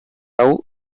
hau